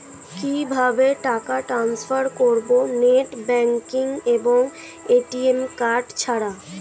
কিভাবে টাকা টান্সফার করব নেট ব্যাংকিং এবং এ.টি.এম কার্ড ছাড়া?